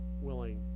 willing